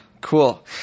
Cool